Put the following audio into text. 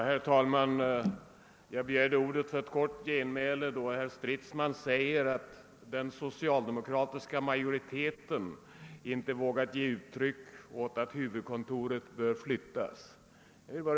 Herr talman! Jag begärde ordet för ett kort genmäle med anledning av herr Stridsmans uttalande, att den socialdemokratiska majoriteten inte vågat ge uttryck åt tanken att huvudkontoret bör flyttas.